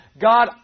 God